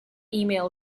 emails